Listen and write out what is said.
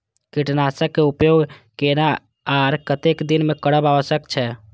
कीटनाशक के उपयोग केना आर कतेक दिन में करब आवश्यक छै?